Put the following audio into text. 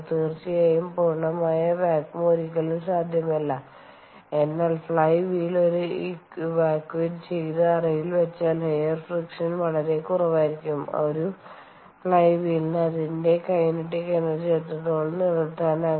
തീർച്ചയായും പൂർണ്ണമായ വാക്വം ഒരിക്കലും സാധ്യമല്ല എന്നാൽ ഫ്ളൈ വീൽ ഒരു ഇവാക്വറ്റ് ചെയ്ത അറയിൽ വെച്ചാൽ എയർ ഫ്രിക്ഷൻഎയർ friction വളരെ കുറവായിരിക്കും ഒരു ഫ്ലൈ വീലിന് അതിന്റെ കൈനറ്റിക് എനർജി എത്രത്തോളം നിലനിർത്താനാകും